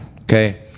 Okay